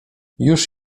już